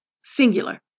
Singular